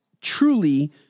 Truly